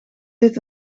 dit